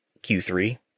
Q3